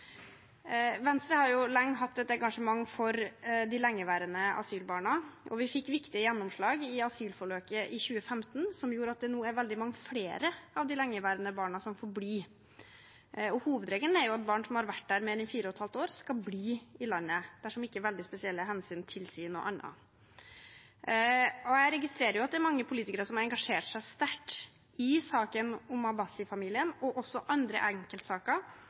Venstre har lenge hatt et engasjement for de lengeværende asylbarna, og vi fikk viktige gjennomslag i asylforliket i 2015, som gjorde at det nå er veldig mange flere av de lengeværende barna som får bli. Hovedregelen er jo at barn som har vært her i mer enn fire og et halvt år, skal bli i landet dersom ikke veldig spesielle hensyn tilsier noe annet. Jeg registrerer at det er mange politikere som har engasjert seg sterkt i saken om Abbasi-familien, og også i andre enkeltsaker